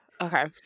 okay